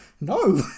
no